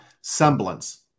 Semblance